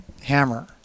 hammer